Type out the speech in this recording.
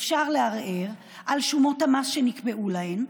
אפשר לערער על שומות המס שנקבעו להן,